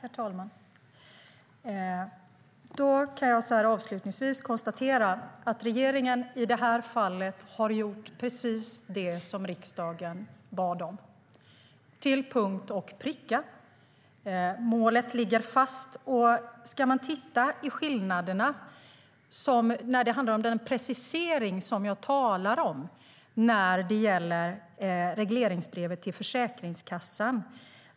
Herr talman! Jag konstaterar avslutningsvis att regeringen i det här fallet har gjort precis det som riksdagen bad om - till punkt och pricka. Målet ligger fast. Låt oss titta på skillnaderna, den precisering jag talar om, när det gäller regleringsbrevet till Försäkringskassan.